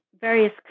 various